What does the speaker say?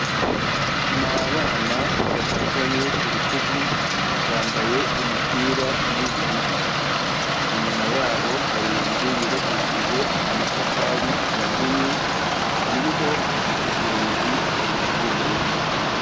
Ni abana bafatanye ku rutugu, bambaye imipira y'ubururu, inyuma yabo hari inzu yubakishije amatafari ya mpunyu, iriho urugi rw'ubururu.